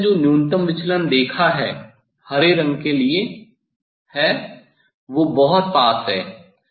पहले मैंने जो न्यूनतम विचलन देखा है हरे रंग के लिए है वो बहुत पास हैं